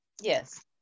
Yes